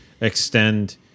extend